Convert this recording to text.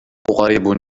قريب